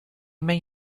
may